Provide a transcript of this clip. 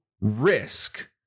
risk